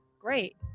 great